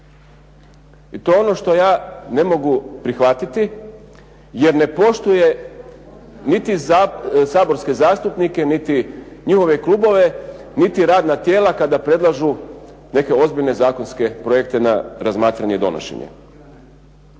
i to je ono što ja ne mogu prihvatiti jer ne poštuje niti saborske zastupnike niti njihove klubove, niti radna tijela kada predlažu neke ozbiljne zakonske projekte na razmatranje i donošenje.